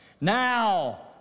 Now